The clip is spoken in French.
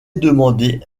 demandé